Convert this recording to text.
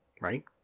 Right